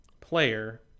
player